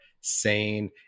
sane